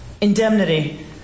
indemnity